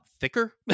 thicker